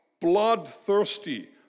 bloodthirsty